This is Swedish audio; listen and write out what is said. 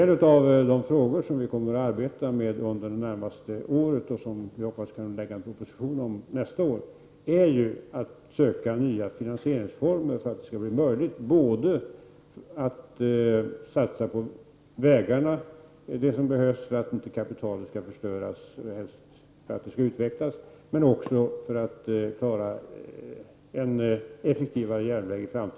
En av de frågor som vi kommer att arbeta med under det närmaste året och som vi hoppas kunna lägga fram en proposition om nästa år är hur vi skall kunna finna nya finansieringsformer som gör det möjligt både att satsa på vägarna, något som är nödvändigt för att inte kapitalet skall förstöras utan helst utvecklas, och att i framtiden få en effektivare järnväg.